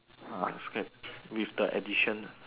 uh scared with the addition